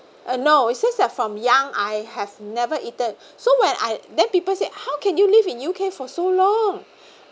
uh no it's just that from young I have never eaten so when I then people say how can you live in U_K for so long